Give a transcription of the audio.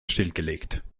stillgelegt